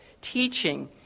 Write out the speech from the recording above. teaching